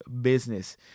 business